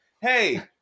Hey